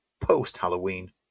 post-Halloween